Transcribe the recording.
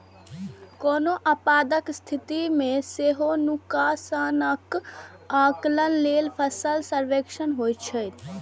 कोनो आपदाक स्थिति मे सेहो नुकसानक आकलन लेल फसल सर्वेक्षण होइत छैक